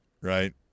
Right